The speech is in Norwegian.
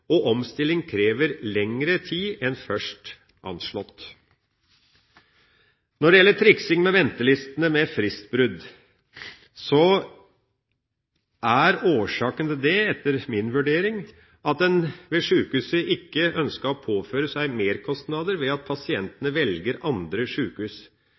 og omstillinga krevde lengre tid enn først anslått. Når det gjelder triksing med ventelistene ved fristbrudd, er årsaken til det etter min vurdering at en ved sjukehuset ikke ønsket å påføre seg merkostnader ved at pasientene valgte andre sjukehus.